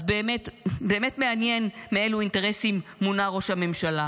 אז באמת מעניין מאילו אינטרסים מונע ראש הממשלה,